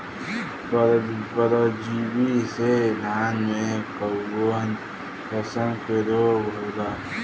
परजीवी से धान में कऊन कसम के रोग होला?